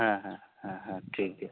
ᱦᱮᱸ ᱦᱮᱸ ᱦᱮᱸ ᱦᱮᱸ ᱴᱷᱤᱠ ᱜᱮᱭᱟ